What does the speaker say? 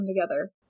together